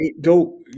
go